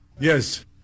Yes